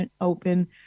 open